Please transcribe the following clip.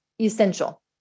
essential